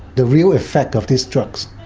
the real effect of these drugs.